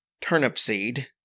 Turnipseed